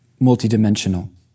multidimensional